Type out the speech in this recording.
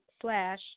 slash